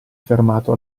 fermato